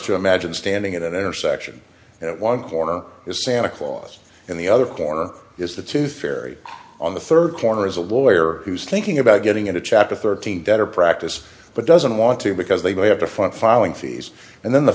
to imagine standing at an intersection at one corner is santa clause and the other corner is the tooth fairy on the third corner is a lawyer who's thinking about getting into chapter thirteen better practice but doesn't want to because they will have to find filing fees and then the